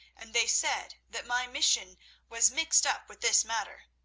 and they said that my mission was mixed up with this matter.